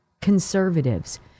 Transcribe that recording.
conservatives